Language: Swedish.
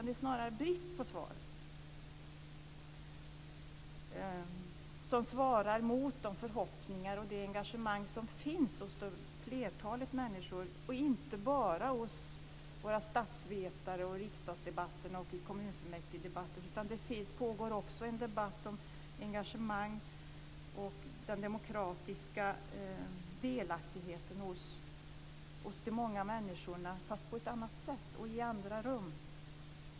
Det är snarare brist på svar som svarar mot de förhoppningar och det engagemang som finns hos flertalet människor. Det gäller inte bara debatten bland våra statsvetare och debatter i riksdagen och i kommunfullmäktige. Det pågår också en debatt om engagemang och den demokratiska delaktigheten hos de många människorna, fast på ett annat sätt och i andra rum.